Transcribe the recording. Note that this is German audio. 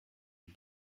dem